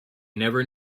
never